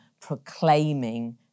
proclaiming